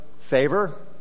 favor